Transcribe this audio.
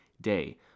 day